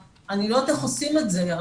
אני לא יודעת איך עושים את זה,